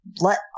let